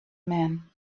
men